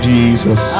Jesus